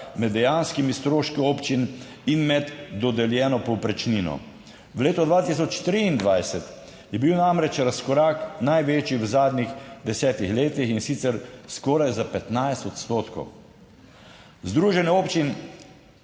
med dejanskimi stroški občin in med dodeljeno povprečnino. V letu 2023 je bil namreč razkorak največji v zadnjih desetih letih, in sicer skoraj za 15 odstotkov. Združenje občin